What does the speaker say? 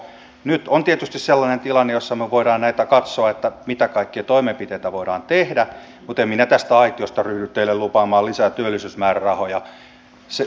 nyt on tietysti sellainen tilanne jossa me voimme näitä katsoa mitä kaikkia toimenpiteitä voidaan tehdä mutta en minä tästä aitiosta ryhdy teille lupaamaan lisää työllisyysmäärärahoja